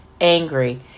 angry